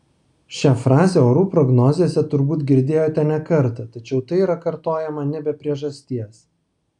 šią frazę orų prognozėse turbūt girdėjote ne kartą tačiau tai yra kartojama ne be priežasties